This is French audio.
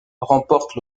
remporte